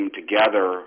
together